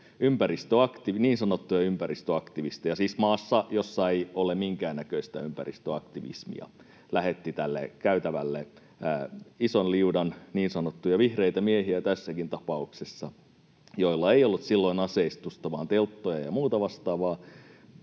niin sanottuja ympäristöaktivisteja — siis maassa, jossa ei ole minkäännäköistä ympäristöaktivismia — tälle käytävälle, tässäkin tapauksessa ison liudan niin sanottuja vihreitä miehiä, joilla ei ollut silloin aseistusta vaan telttoja ja muuta vastaavaa.